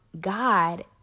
God